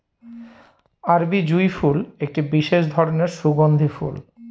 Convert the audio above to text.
আরবি জুঁই ফুল একটি বিশেষ ধরনের সুগন্ধি ফুল